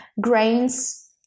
grains